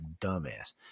dumbass